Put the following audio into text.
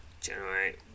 Generate